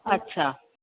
अच्छा